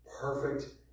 perfect